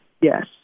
yes